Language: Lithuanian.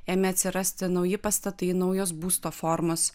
ėmė atsirasti nauji pastatai naujos būsto formos